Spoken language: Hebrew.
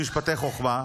משפטי חוכמה,